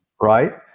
Right